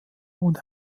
und